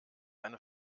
eine